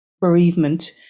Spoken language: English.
bereavement